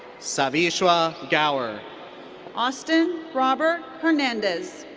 savishwa gaur. austin robert hernandez.